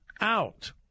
out